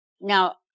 now